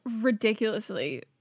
ridiculously –